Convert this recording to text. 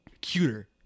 cuter